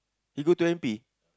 you go to M_P